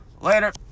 Later